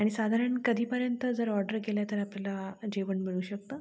आणि साधारण कधीपर्यंत जर ऑर्डर केलं तर आपल्याला जेवण मिळू शकतं